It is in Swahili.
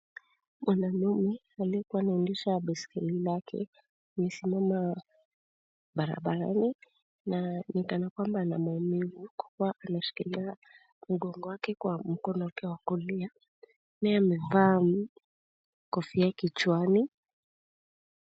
Mwanaume aliyekuwa anaendesha besikeli lake amesimama barabarani. Na ni kana kwamba ana maumivu kwa kuwa ameshikilia mgongo wake kwa mkono wake wa kulia. Pia amevaa kofia kichwani.